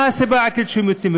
מה הסיבה העיקרית שהם יוצאים?